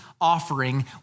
offering